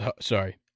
sorry